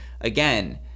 again